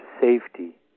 safety